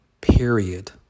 period